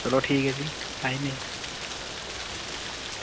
ते चलो ठीक ऐ भी आई जन्ने आं